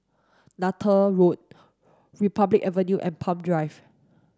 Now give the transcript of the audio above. Neythal Road Republic Avenue and Palm Drive